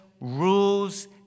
rules